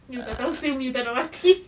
you tak tahu swim you tak nak mati